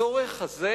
הצורך הזה